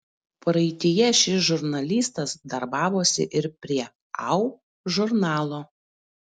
praeityje šis žurnalistas darbavosi ir prie au žurnalo